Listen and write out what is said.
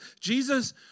Jesus